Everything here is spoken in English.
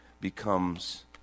becomes